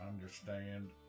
understand